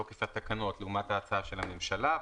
תוקף התקנות לעומת ההצעה של הממשלה.